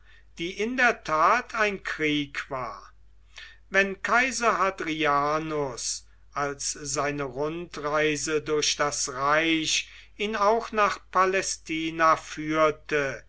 die in der tat ein krieg war wenn kaiser hadrianus als seine rundreise durch das reich ihn auch nach palästina führte